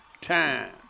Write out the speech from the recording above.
time